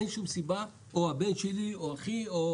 אין שום סיבה או הבן שלי או אחי או